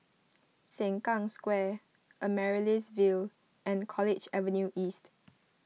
Sengkang Square Amaryllis Ville and College Avenue East